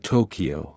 Tokyo